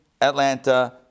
Atlanta